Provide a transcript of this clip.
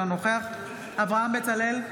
אינו נוכח אברהם בצלאל,